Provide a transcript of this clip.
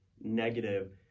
negative